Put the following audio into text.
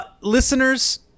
Listeners